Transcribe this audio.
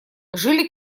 жили